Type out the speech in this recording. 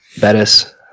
Bettis